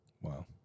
Wow